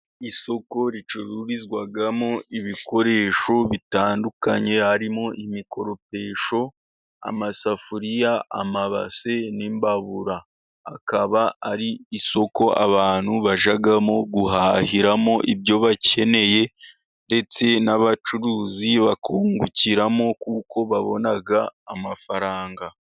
Isoko ricururizwamo ibikoresho bitandukanye harimo: imikoropesho, amasafuriya, amabase n'imbabura, akaba ari isoko abantu bajyamo guhahiramo ibyo bakeneye ndetse n'abacuruzi bakungukiramo kuko babona amafaranga.